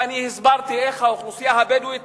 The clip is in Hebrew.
ואני הסברתי איך האוכלוסייה הבדואית